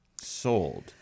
sold